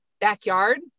backyard